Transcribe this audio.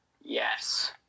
Yes